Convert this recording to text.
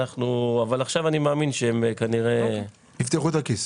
אבל עכשיו אני מאמין שהם כנראה --- יפתחו את הכיס.